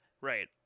Right